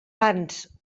pans